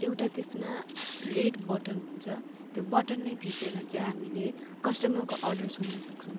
एउटा त्यसमा red button हुन्छ त्यो बटनलाई थिचेर चाहिँ हामीले कस्टमरको अर्डर सुन्नसक्छौँ